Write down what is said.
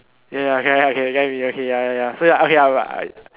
ya ya ya okay ya okay I get what you mean ya ya ya so I